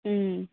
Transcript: ꯎꯝ